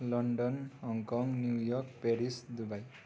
London Hong Kong New York Paris Dubai